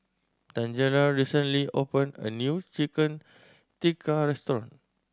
Tangela recently opened a new Chicken Tikka restaurant